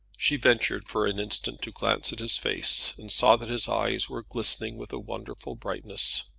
she ventured for an instant to glance at his face, and saw that his eyes were glistening with a wonderful brightness.